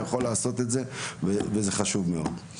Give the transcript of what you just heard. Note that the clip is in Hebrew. אתה יכול לעשות את זה וזה חשוב מאוד.